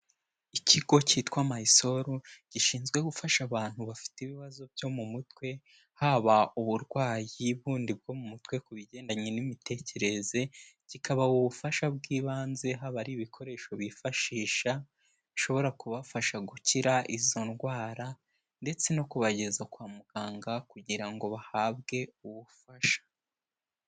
Ikigo cyitwa Mysol, gishinzwe gufasha abantu bafite ibibazo byo mu mutwe, haba uburwayi bundi bwo mu mutwe ku bigendanye n'imitekerereze, kikabaha ubufasha bw'ibanze haba ari ibikoresho bifashisha bishobora kubafasha gukira izo ndwara ndetse no kubageza kwa muganga kugira ngo bahabwe ubufasha.